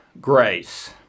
grace